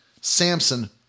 Samson